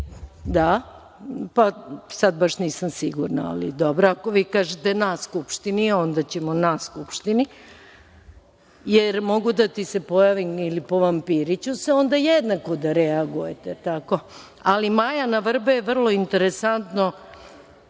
sad baš nisam sigurna, ali dobro, ako vi kažete na Skupštini, onda ćemo na Skupštini. Jer mogu da ti se pojavim ili povampiriću se, onda jednako da reagujete. Ali, „Maja na vrbe“ je vrlo interesantno